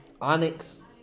Onyx